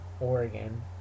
Oregon